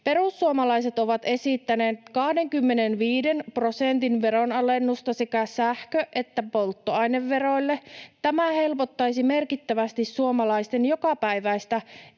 Perussuomalaiset ovat esittäneet 25 prosentin veronalennusta sekä sähkö‑ että polttoaineveroille. Tämä helpottaisi merkittävästi suomalaisten jokapäiväistä